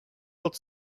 pod